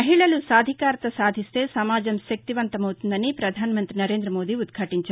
మహిళలు సాధికారత సాధిస్తేసమాజం శక్తివంతమవుతుందని పధానమంతి సరేందమోదీ ఉద్యాటించారు